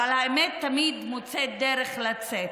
אבל האמת תמיד מוצאת דרך לצאת.